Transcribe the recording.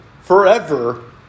forever